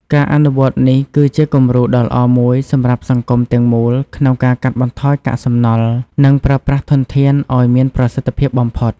ការអនុវត្តន៍នេះគឺជាគំរូដ៏ល្អមួយសម្រាប់សង្គមទាំងមូលក្នុងការកាត់បន្ថយកាកសំណល់ និងប្រើប្រាស់ធនធានឲ្យមានប្រសិទ្ធភាពបំផុត។